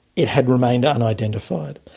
it had remained unidentified,